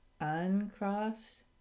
uncross